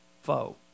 foe